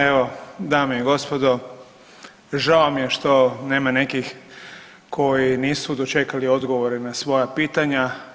Evo dame i gospodo, žao mi je što nema nekih koji nisu dočekali odgovore na svoja pitanja.